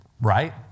Right